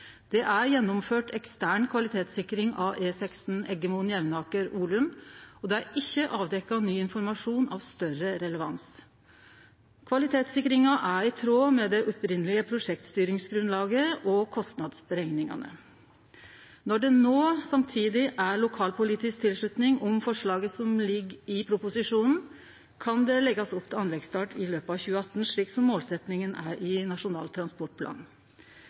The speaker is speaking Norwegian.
Det er gjennomført ekstern kvalitetssikring av E16 Eggemoen–Jevnaker–Olum, og det er ikkje avdekt ny informasjon av større relevans. Kvalitetssikringa er i tråd med det opphavlege prosjektstyringsgrunnlaget og kostnadsberekningane. Når det no samtidig er lokalpolitisk tilslutning til forslaget som ligg i proposisjonen, kan det leggjast opp til anleggsstart i løpet av 2018, slik som målsetjinga er i Nasjonal transportplan.